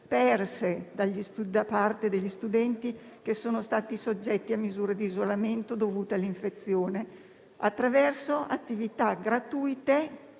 perse da parte degli studenti che sono stati soggetti a misure di isolamento dovute all'infezione, attraverso attività gratuite